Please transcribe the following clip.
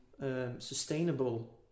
sustainable